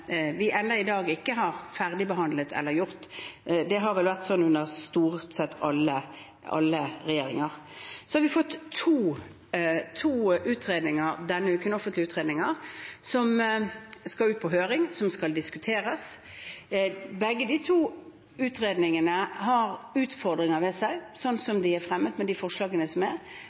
ikke har ferdigbehandlet. Det har vel vært slik under stort sett alle regjeringer. Vi har fått to offentlige utredninger denne uken, som skal ut på høring og diskuteres. Begge de to utredningene har utfordringer ved seg, slik de er fremmet, med de forslagene som er